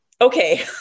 Okay